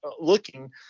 looking